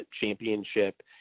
championship